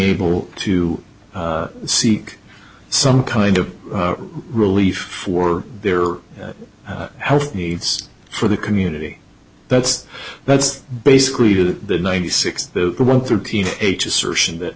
able to seek some kind of relief for their health needs for the community that's that's basically the ninety six thirteen assertion that